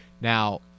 Now